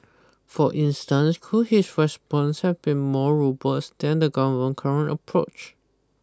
for instance could his response have been more robust than the government current approach